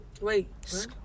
Wait